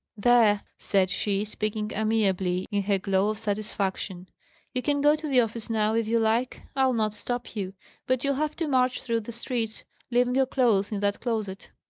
there, said she, speaking amiably in her glow of satisfaction you can go to the office now if you like. i'll not stop you but you'll have to march through the streets leaving your clothes in that closet.